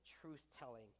truth-telling